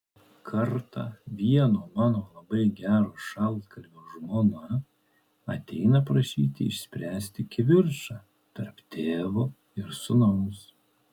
kartą vieno mano labai gero šaltkalvio žmona ateina prašyti išspręsti kivirčą tarp tėvo ir sūnaus